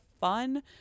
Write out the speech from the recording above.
fun